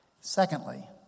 Secondly